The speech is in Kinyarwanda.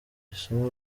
isomo